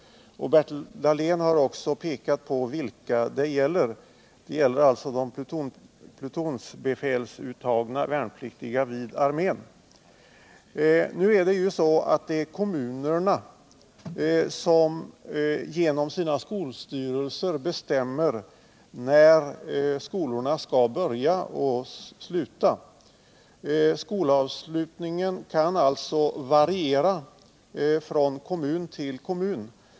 Bertil Dahlén har pekat på att det särskilt gäller de plutonsbefälsuttagna värnpliktiga vid armén. q Skolstyrelsen i varje kommun bestämmer när skolan skall börja och sluta. Tidpunkterna kan alltså variera från kommun till kommun.